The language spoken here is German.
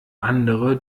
andere